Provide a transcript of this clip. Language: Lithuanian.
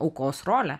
aukos rolę